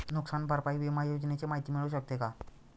नुकसान भरपाई विमा योजनेची माहिती मिळू शकते का?